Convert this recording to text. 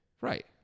right